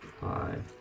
Five